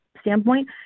standpoint